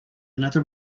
another